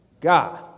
God